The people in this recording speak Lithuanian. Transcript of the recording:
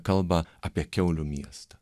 kalba apie kiaulių miestą